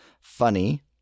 funny